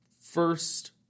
first